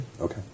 Okay